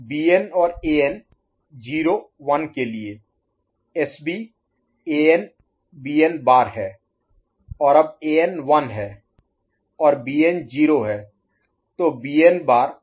Bn और An 0 1 के लिए SB एन बीएन बार An Bn' है ओर अब An 1 है और Bn 0 है